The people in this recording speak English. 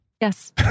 Yes